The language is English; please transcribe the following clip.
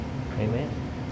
Amen